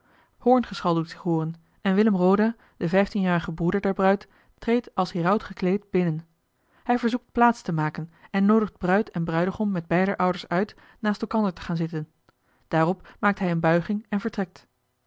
doet zich hooren en willem roda de vijftienjarige broeder der bruid treedt als heraut gekleed binnen hij verzoekt plaats te maken en noodigt bruid en bruigom met beider ouders uit naast elkander te gaan zitten daarop maakt hij eene buiging en vertrekt